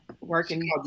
Working